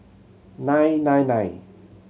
nine nine nine